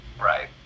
right